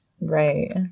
Right